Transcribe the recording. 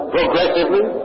Progressively